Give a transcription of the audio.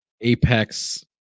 Apex